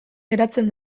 geratzen